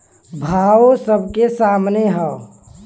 भावो सबके सामने हौ